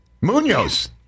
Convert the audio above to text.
Munoz